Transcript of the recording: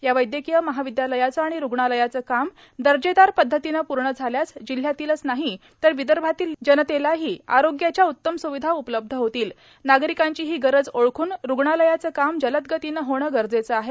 या वैद्यकीय महाविद्यालयाचे आणि रुग्णालयाचे काम दर्जेदार पद्धतीने पूर्ण झाल्यास जिल्ह्यातीलच नाही तर विदर्भातील जनतेलाही आरोग्याच्या उत्तम स्विधा उपलब्ध होतील नागरिकांची ही गरज ओळखून रुग्णालयाचे काम जलदगतीने होणे गरजेचे आहे